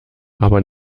aber